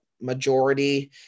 majority